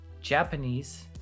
Japanese